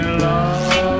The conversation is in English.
love